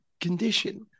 condition